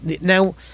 Now